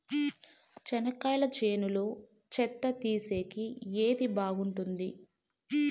చెనక్కాయ చేనులో చెత్త తీసేకి ఏది బాగుంటుంది?